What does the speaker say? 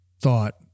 thought